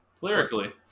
Lyrically